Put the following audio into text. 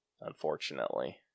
Unfortunately